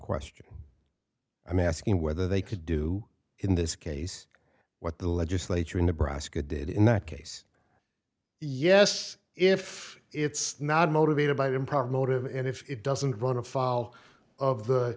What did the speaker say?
question i'm asking whether they could do in this case what the legislature in nebraska did in that case yes if it's not motivated by the improper motive and if it doesn't run afoul of the